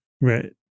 right